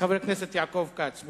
חבר הכנסת יעקב כץ,